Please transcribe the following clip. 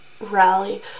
rally